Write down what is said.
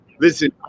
Listen